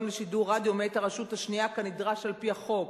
לשידור רדיו מאת הרשות השנייה כנדרש על-פי החוק.